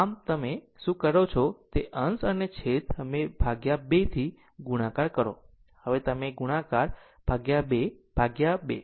આમ તમે શું કરી શકો તે છે કે અંશ અને છેદ તમે 2 થી ગુણાકાર કરો અહીં તમે ગુણાકાર 2 ભાગ્યા 2